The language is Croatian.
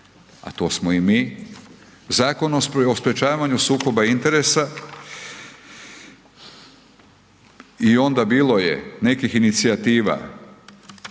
a to smo i mi, Zakon o sprječavanju sukoba interesa i onda, bilo je nekih inicijativa,